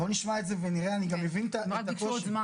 נשמע ונראה, אני מבין את הקושי.